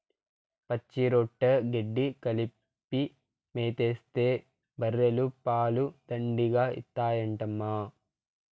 పచ్చిరొట్ట గెడ్డి కలిపి మేతేస్తే బర్రెలు పాలు దండిగా ఇత్తాయంటమ్మా